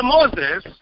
Moses